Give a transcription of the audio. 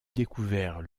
découvert